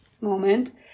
moment